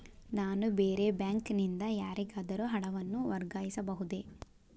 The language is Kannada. ನಾನು ಬೇರೆ ಬ್ಯಾಂಕ್ ನಿಂದ ಯಾರಿಗಾದರೂ ಹಣವನ್ನು ವರ್ಗಾಯಿಸಬಹುದೇ?